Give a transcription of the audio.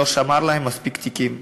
שהוא לא שמר להם מספיק תיקים,